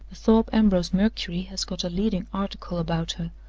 the thorpe ambrose mercury has got a leading article about her,